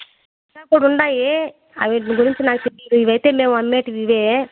కూడా ఉన్నాయి అవి వాటి గురించి నాకు తెలియదు ఇవైతే మేము అమ్మేవి ఇవే